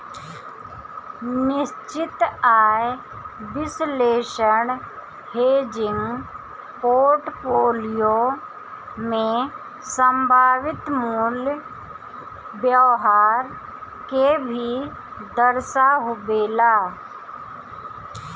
निश्चित आय विश्लेषण हेजिंग पोर्टफोलियो में संभावित मूल्य व्यवहार के भी दर्शावेला